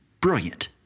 brilliant